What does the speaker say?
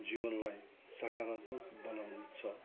जीवनलाई साकारात्मक बनाउँछ